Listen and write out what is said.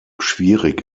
schwierig